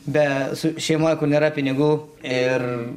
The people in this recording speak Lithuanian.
be su šeimoj nėra pinigų ir